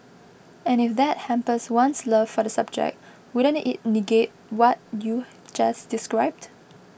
and if that hampers one's love for the subject wouldn't it negate what you've just described